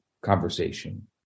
conversation